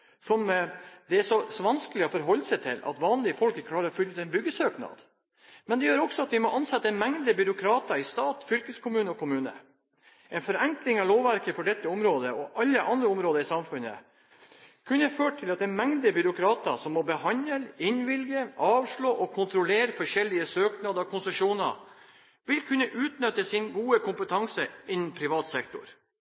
som det er så vanskelig å forholde seg til at vanlige folk ikke klarer å fylle ut en byggesøknad, men den gjør også at det må ansettes en mengde byråkrater i stat, fylkeskommune og kommune. En forenkling av lovverket på dette området og alle andre områder i samfunnet kunne ført til at en mengde byråkrater som må behandle, innvilge, avslå og kontrollere forskjellige søknader og konsesjoner, ville kunne utnytte sin gode